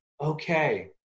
Okay